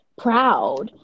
proud